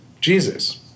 Jesus